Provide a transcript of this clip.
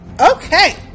Okay